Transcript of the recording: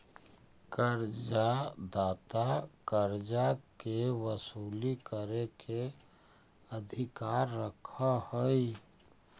कर्जा दाता कर्जा के वसूली करे के अधिकार रखऽ हई